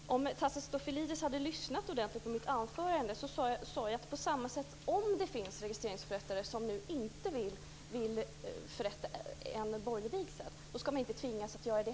Fru talman! Om Tasso Stafilidis hade lyssnat ordentligt på mitt anförande, hade han hört att jag sade att en registreringsförrättare som inte vill förrätta en borgerlig vigsel inte ska tvingas att göra det.